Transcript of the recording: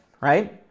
right